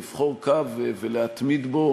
לבחור קו ולהתמיד בו